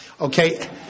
Okay